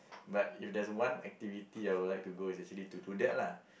but if there's one activity I would like to go is actually to do that lah